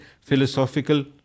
philosophical